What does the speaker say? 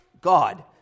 God